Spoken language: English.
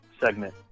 segment